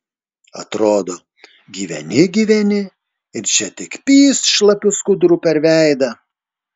atrodo gyveni gyveni ir čia tik pyst šlapiu skuduru per veidą